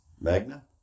Magna